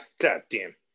goddamn